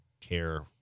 care